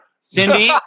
Cindy